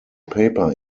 paper